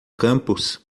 campus